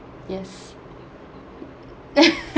yes